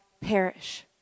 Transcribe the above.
perish